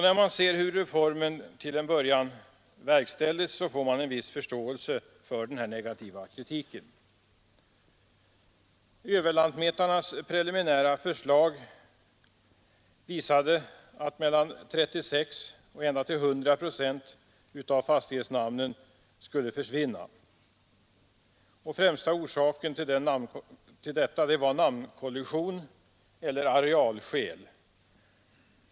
När man ser hur reformen till en början verkställdes, får man förståelse för den negativa kritiken. Överlantmätarnas preliminära förslag visade att mellan 36 och ända upp till 100 procent av fastighetsnamnen skulle försvinna. Främsta orsaken till detta var namnkollision eller arealskäl.